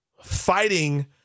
fighting